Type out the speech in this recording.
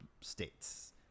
states